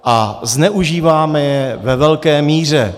A zneužíváme je ve velké míře.